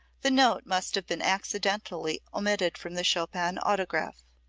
the note must have been accidentally omitted from the chopin autograph.